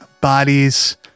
bodies